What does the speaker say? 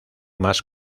más